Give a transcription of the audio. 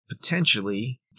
potentially